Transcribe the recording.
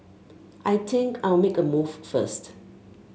I think I'll make a move first